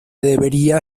debería